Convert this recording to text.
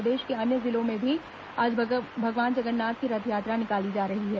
प्रदेश के अन्य जिलों में भी आज भगवान जगन्नाथ की रथयात्रा निकाली जा रही हैं